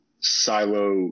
silo